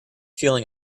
feeling